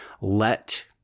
let